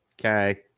Okay